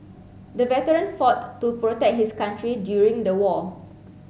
the veteran fought to protect his country during the war